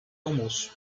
almoço